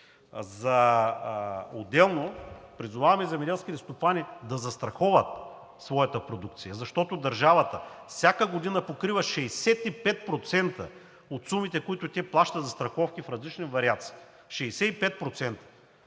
Отделно призоваваме земеделските стопани да застраховат своята продукция, защото държавата всяка година покрива 65% от сумите, които те плащат за застраховки в различни вариации – 65%!